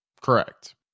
Correct